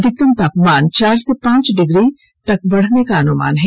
अधिकतम तापमान चार से पांच डिग्री बढ़ने का अनुमान है